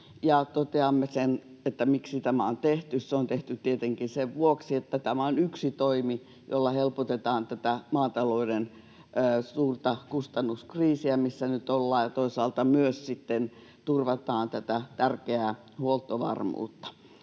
toteamme, miksi tämä on tehty. Se on tehty tietenkin sen vuoksi, että tämä on yksi toimi, jolla helpotetaan tätä maatalouden suurta kustannuskriisiä, missä nyt ollaan, ja toisaalta myös sitten turvataan tärkeää huoltovarmuutta.